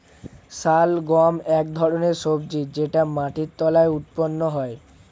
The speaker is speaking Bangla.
শালগম এক ধরনের সবজি যেটা মাটির তলায় উৎপন্ন হয়